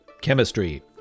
chemistry